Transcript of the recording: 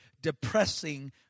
depressing